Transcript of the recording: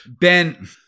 Ben